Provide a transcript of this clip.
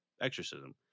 exorcism